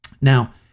Now